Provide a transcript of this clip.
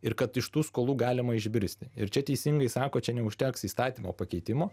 ir kad iš tų skolų galima išbristi ir čia teisingai sako čia neužteks įstatymo pakeitimo